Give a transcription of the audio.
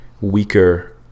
weaker